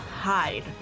Hide